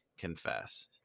confess